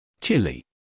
Chile